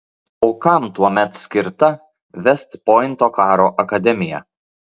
o kam tuomet skirta vest pointo karo akademija